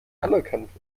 anerkannt